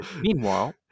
Meanwhile